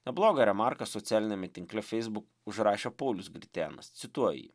neblogą remarką socialiniame tinkle feisbuk užrašė paulius gritėnas cituoju jį